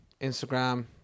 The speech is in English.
Instagram